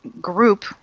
group